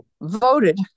voted